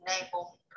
enable